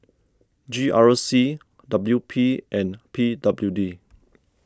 G R C W P and P W D